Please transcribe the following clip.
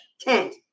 tent